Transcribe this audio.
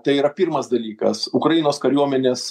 tai yra pirmas dalykas ukrainos kariuomenės